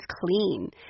clean